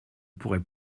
pourrai